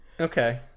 Okay